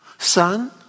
Son